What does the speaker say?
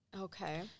Okay